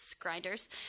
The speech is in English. grinders